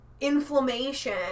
inflammation